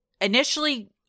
initially